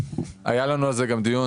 היה לנו על זה גם דיון,